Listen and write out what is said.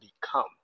become